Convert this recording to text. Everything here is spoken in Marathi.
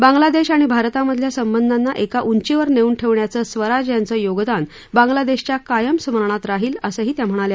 बांग्लादेश आणि भारतामधील संबंधांना एका उंचीवर नेऊन ठेवण्याचं स्वराज यांचं योगदान बांग्लादेशच्या कायम स्मरणात राहील असंही हसीना म्हणाल्या